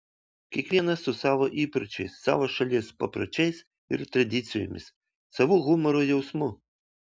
kiekvienas su savo įpročiais savo šalies papročiais ir tradicijomis savu humoro jausmu